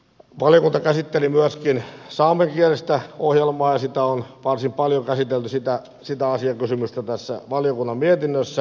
valiokunta käsitteli myöskin saamenkielistä ohjelmaa ja sitä asiakysymystä on varsin paljon käsitelty tässä valiokunnan mietinnössä